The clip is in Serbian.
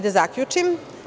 Da zaključim.